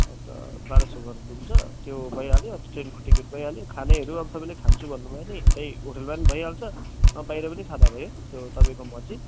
अन्त बाह्र सौ गरेर रुम छ त्यो भइहाल्यो ट्रेनको टिकट भइहाल्यो खानेहरू अब तपाईँले खान्छु भन्नुभयो भने त्यही होटलमा पनि भइहाल्छ नभए बाहिर पनि खाँदा भयो त्यो तपाईँको मर्जी